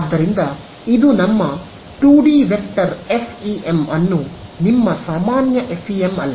ಆದ್ದರಿಂದ ಇದು ನಮ್ಮ 2 ಡಿ ವೆಕ್ಟರ್ ಎಫ್ಇಎಂ ಅನ್ನು ನಿಮ್ಮ ಸಾಮಾನ್ಯ ಎಫ್ಇಎಂ ಅಲ್ಲ